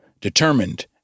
determined